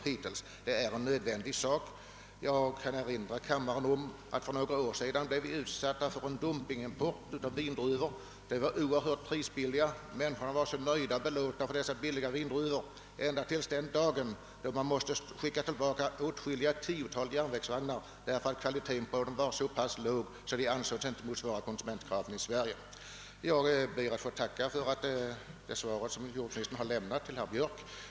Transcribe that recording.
Jag vill erinra kammarens ledamöter om att vi för några år sedan blev utsatta för en dumpingimport av vindruvor; de var oerhört prisbilliga och konsumenterna var så nöjda och belåtna med dessa billiga vindruvor ända till den dag då man måste skicka tillbaka åtskilliga tiotal järnvägsvagnar därför att vindruvornas kvalitet var så låg att de inte ansågs motsvara konsumentkraven i Sverige. Jag ber att få tacka för det svar som jordbruksministern lämnat herr Björk.